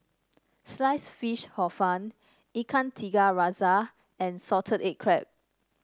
slice fish Hor Fun Ikan Tiga Rasa and Salted Egg Crab